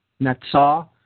Netzah